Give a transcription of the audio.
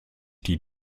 die